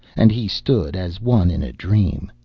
and he stood as one in a dream.